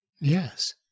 Yes